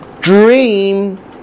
dream